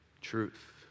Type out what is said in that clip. Truth